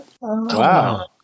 Wow